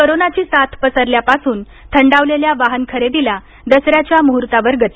कोरोनाची साथ पसरल्यापासून थंडावलेल्या वाहनखरेदीला दसऱ्याच्या मुहूर्तावर गती